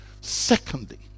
Secondly